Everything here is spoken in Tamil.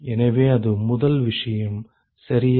எனவே அது முதல் விஷயம் சரியா